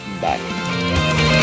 Bye